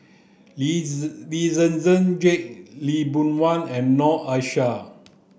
Lee Zi Lee Zhen Zhen Jane Lee Boon Wang and Noor Aishah